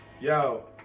Yo